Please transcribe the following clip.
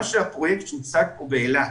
מה שהפרויקט שהוצג באילת,